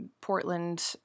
Portland